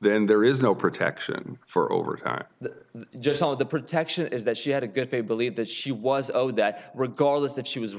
then there is no protection for over time that just all of the protection is that she had a good day believe that she was owed that regardless that she was